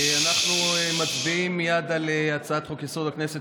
אנחנו מצביעים מייד על הצעת חוק-יסוד: הכנסת